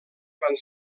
van